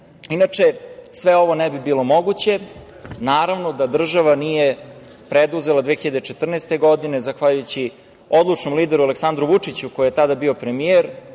sve ovo ne bi bilo moguće, naravno, da država nije preduzela 2014. godine, zahvaljujući odlučnom lideru Aleksandru Vučiću, koji je tada bio premijer,